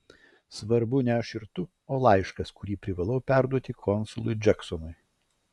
svarbu ne aš ir tu o laiškas kurį privalau perduoti konsului džeksonui